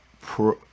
pro